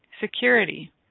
Security